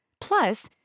Plus